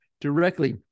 directly